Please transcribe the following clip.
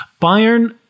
Bayern